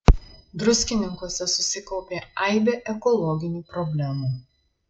druskininkuose susikaupė aibė ekologinių problemų